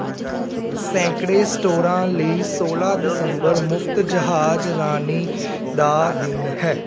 ਸੈਂਕੜੇ ਸਟੋਰਾਂ ਲਈ ਸੋਲ੍ਹਾਂ ਦਸੰਬਰ ਮੁਫ਼ਤ ਜਹਾਜ਼ਰਾਨੀ ਦਾ ਦਿਨ ਹੈ